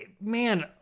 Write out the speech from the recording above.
man